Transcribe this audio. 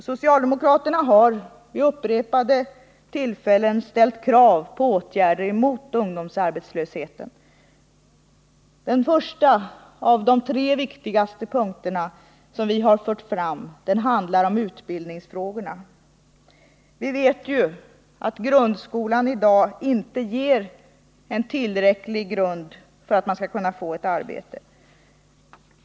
Socialdemokraterna har vid upprepade tillfällen ställt krav på åtgärder mot ungdomsarbetslösheten. Den första av de tre viktigaste punkter som vi har fört fram handlar om utbildningsfrågorna. Vi vet att grundskolan i dag inte ger en tillräcklig grund för att man skall kunna få ett arbete.